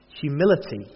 Humility